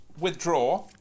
withdraw